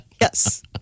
Yes